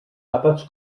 àpats